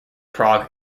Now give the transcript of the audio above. prague